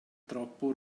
troppo